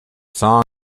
songs